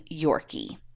Yorkie